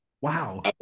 Wow